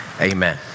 amen